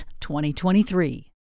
2023